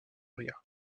rire